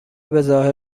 بهظاهر